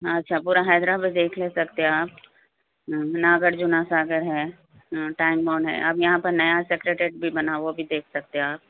اچھا پورا حیدر آباد دیکھ ہی سکتے آپ ناگرجنا ساگر ہے ٹائم بونڈ ہے اب یہاں پر نیا سیکرٹیٹ بھی بنا وہ بھی دیکھ سکتے آپ